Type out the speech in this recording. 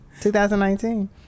2019